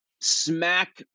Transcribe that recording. smack